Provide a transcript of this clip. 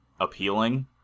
appealing